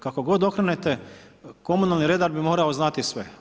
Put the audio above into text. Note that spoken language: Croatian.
Kako god okrenete, komunalni redar bi morao znati sve.